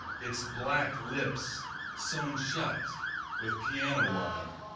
its black lips sewn shut with piano wire.